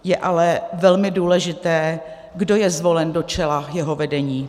Je ale velmi důležité, kdo je zvolen do čela jeho vedení.